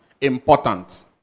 important